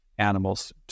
animals